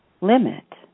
limit